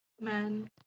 Men